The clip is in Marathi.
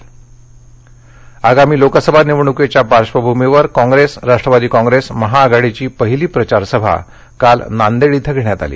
पवार नांदेड आगामी लोकसभा निवडणुकीच्या पार्श्वभूमीवर काँप्रेस राष्ट्रवादी कांप्रेस महाआघाडीची पहिली प्रचार सभा काल नांदेडमध्ये घेण्यात आली